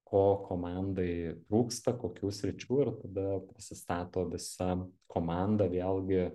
ko komandai trūksta kokių sričių ir tada prisistato visa komanda vėlgi